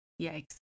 Yikes